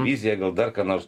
viziją gal dar ką nors